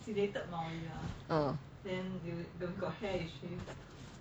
oh